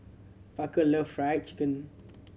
Parker love Fried Chicken